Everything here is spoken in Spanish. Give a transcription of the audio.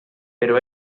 pero